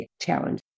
challenge